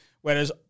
Whereas